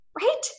right